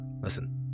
Listen